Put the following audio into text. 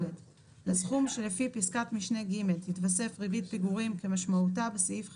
לסכום שלפי פסקת משנה (ג) תתווסף ריבית פיגורים כמשמעותה בסעיף 5(ב)